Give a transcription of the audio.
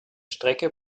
strecke